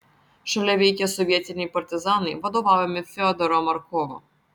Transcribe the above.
šalia veikia sovietiniai partizanai vadovaujami fiodoro markovo